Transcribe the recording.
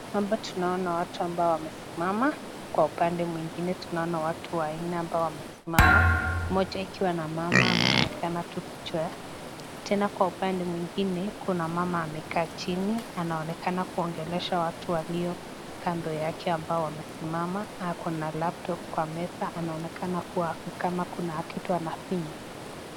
Hapa tuanaona watu ambao wamesimama. Kwa upande mwingine tunaona watu wanne ambao wamesimama. Mmoja ikiwa na mama ameonekana tu kichwa. Tena kwa upande mwingine kuna mama amekaa chini anaonekana kuongekesha watu walio kando yake ambao wamesimama. Ako na laptop kwa meza anaonekana kuwa kuna kitu anafinya.